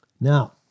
Now